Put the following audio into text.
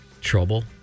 trouble